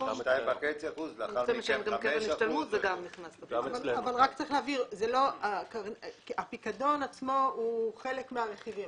יש 2.5% ולאחר מכן 5%. רק צריך להבהיר שהפיקדון עצמו הוא חלק מהרכיבים.